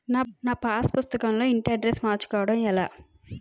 నా పాస్ పుస్తకం లో ఇంటి అడ్రెస్స్ మార్చుకోవటం ఎలా?